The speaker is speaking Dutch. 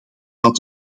dat